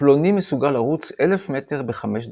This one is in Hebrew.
"פלוני מסוגל לרוץ 1000 מטר ב-5 דקות".